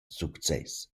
success